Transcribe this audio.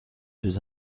deux